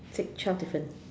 twe~ twelve different